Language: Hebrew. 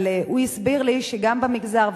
אבל הוא הסביר לי שגם במגזר,